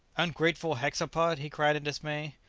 ungrateful hexapod! he cried in dismay,